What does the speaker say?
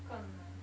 更难